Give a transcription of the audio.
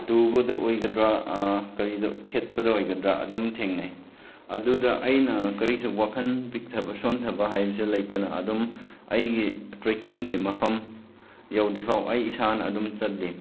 ꯇꯨꯕꯗ ꯑꯣꯏꯒꯗ꯭ꯔꯥ ꯀꯔꯤꯗ ꯈꯦꯠꯄꯗ ꯑꯣꯏꯒꯗ꯭ꯔꯥ ꯑꯗꯨꯝ ꯊꯦꯡꯅꯩ ꯑꯗꯨꯗ ꯑꯩꯅ ꯀꯔꯤꯁꯨ ꯋꯥꯈꯟ ꯄꯤꯛꯊꯕ ꯁꯣꯟꯊꯕ ꯍꯥꯏꯕꯁꯦ ꯂꯩꯇꯅ ꯑꯗꯨꯝ ꯑꯩꯒꯤ ꯇ꯭ꯔꯦꯛꯀꯤꯡꯒꯤ ꯃꯐꯝ ꯌꯧꯗ꯭ꯔꯤ ꯐꯥꯎ ꯑꯩ ꯏꯁꯥꯅ ꯑꯗꯨꯝ ꯆꯠꯂꯤ